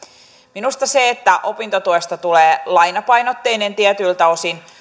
minusta se että opintotuesta tulee lainapainotteinen tietyiltä osin